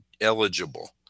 eligible